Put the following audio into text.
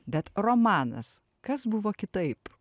bet romanas kas buvo kitaip